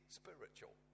spiritual